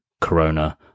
corona